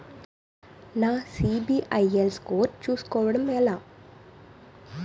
నా సిబిఐఎల్ స్కోర్ చుస్కోవడం ఎలా?